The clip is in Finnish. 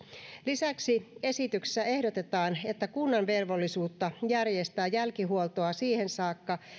lisäksi esityksessä ehdotetaan että kunnan velvollisuutta järjestää jälkihuoltoa siihen saakka